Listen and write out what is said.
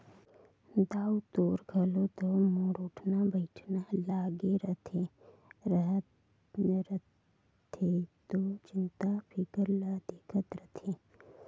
दाऊ तोर जघा तो मोर उठना बइठना लागे रथे त तोर चिंता फिकर ल देखत रथें